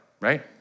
right